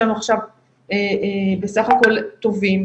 שהם עכשיו בסך הכול טובים,